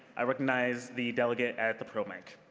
i recognize the delegate at the pro mic.